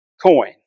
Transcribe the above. coin